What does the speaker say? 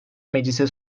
meclise